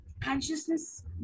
consciousness